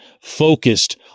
focused